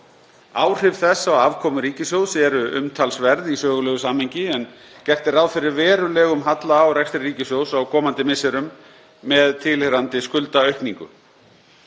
Áhrif þess á afkomu ríkissjóðs eru umtalsverð í sögulegu samhengi, en gert er ráð fyrir verulegum halla á rekstri ríkissjóðs á komandi misserum með tilheyrandi skuldaaukningu.